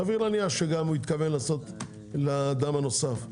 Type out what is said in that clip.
סביר להניח שהוא גם התכוון לעשות לאדם נוסף.